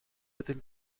within